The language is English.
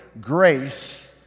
grace